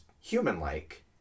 human-like